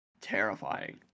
terrifying